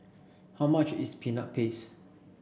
how much is Peanut Paste